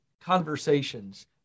conversations